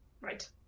Right